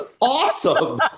awesome